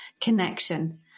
connection